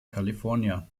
california